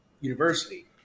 university